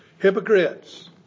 Hypocrites